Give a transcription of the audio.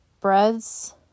Breads